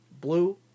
blue